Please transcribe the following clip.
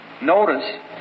notice